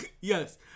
Yes